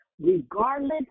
regardless